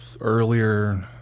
earlier